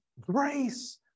Grace